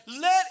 Let